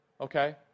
okay